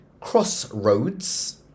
crossroads